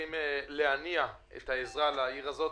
צריכים להניע את העזרה לעיר הזאת.